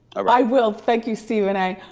right. i will, thank you, stephen a.